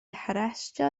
harestio